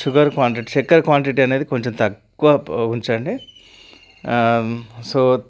sugar quantity చక్కెర quantity అనేది కొంచెం తక్కువ ఉంచండి సో